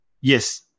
Yes